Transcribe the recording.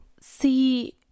see